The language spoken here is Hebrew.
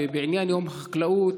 בעניין יום החקלאות,